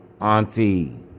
Auntie